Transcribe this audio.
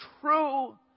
true